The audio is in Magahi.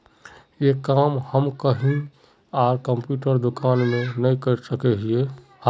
ये काम हम कहीं आर कंप्यूटर दुकान में नहीं कर सके हीये?